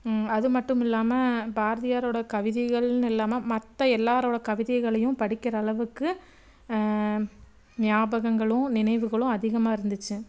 அது மட்டும் இல்லாமல் பாரதியாரோடய கவிதைகள்னு இல்லாமல் மற்ற எல்லாேரோட கவிதைகளையும் படிக்கிற அளவுக்கு ஞாபகங்களும் நினைவுகளும் அதிகமாக இருந்துச்சு